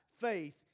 faith